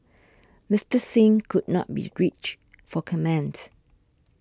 Mister Singh could not be reached for comment